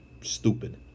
stupid